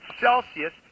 celsius